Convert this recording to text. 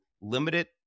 limited